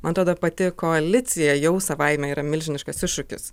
man atrodo pati koalicija jau savaime yra milžiniškas iššūkis